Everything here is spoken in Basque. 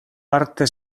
parte